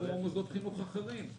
כמו במוסדות חינוך אחרים.